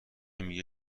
میگه